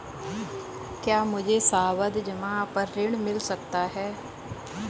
क्या मुझे सावधि जमा पर ऋण मिल सकता है?